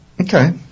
Okay